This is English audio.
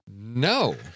No